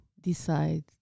decide